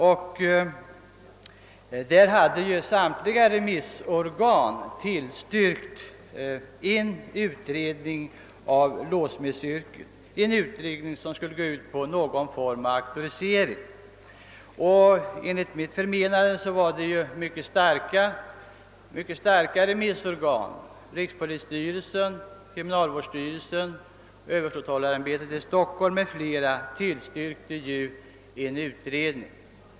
Samtliga remissorgan hade den gången tillstyrkt en utredning om låssmedsyrket för införande av någon form av auktorisering. Enligt min mening var det mycket tungt vägande remissinstanser som yttrade sig. Rikspolisstyrelsen, kriminalvårdsstyrelsen, överståthållarämbetet i Stockholm m.fl. tillstyrkte sålunda en utredning.